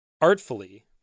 artfully